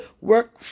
work